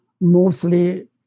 mostly